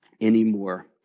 Anymore